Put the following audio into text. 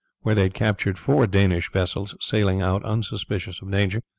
where they had captured four danish vessels sailing out unsuspicious of danger,